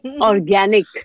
organic